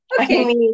Okay